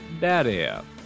daddy